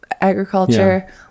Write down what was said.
agriculture